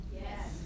Yes